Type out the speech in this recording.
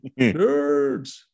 Nerds